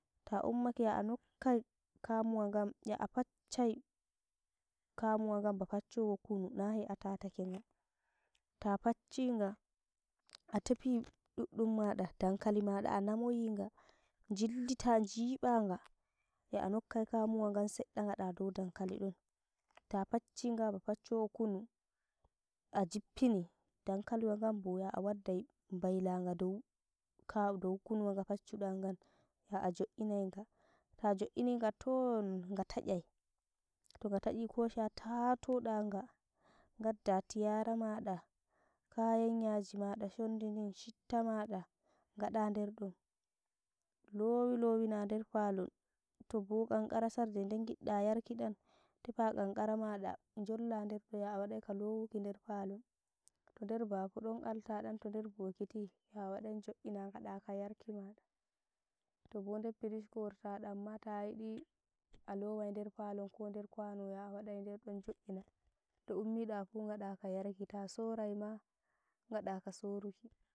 To ummake yo a nokkai kamuwa ngan ya a facchai kamuwa ngan ba facchowo kunu, na hei a taaatake nga, ta facchiga a tefi duɗɗum maɗa, dankali maɗa, anamoyi nga, jillita njiba nga, yo a nokkai kamuwa gan seɗɗa gaɗa dow dankwaliwagan, ta facchiga ba facchowo kunu a jippini, dankaliwa gambo yo a waddai bilaga dow ka kunuwa nga facchuda gan, ya a jo'inaiga, to jo'iiniga toon nga tanyai, to ga tanyi kosha ta toɗa nga, ngaɗɗa tiyaa maɗa, kayan yaji maɗa shondi din, shitta maɗa gaɗa nder don, lowi lowina nder palon, to be kankara sarde den ngidda yarki dam, tefa kankara maɗa jolla nder on yo a waɗai ka lowiki nder palon, to nder bafo don alta dam, to nder bokiti, yo a waɗai jo'ina gada ka yarki maɗa. To be nder pirish korata damma tayidi a lowai nder palon ko nder kwanowo, yo a waɗai jo'iina ɗe ummida fuu ngaɗa ka yarki, ta sosai ma gadaka soruki.